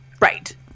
Right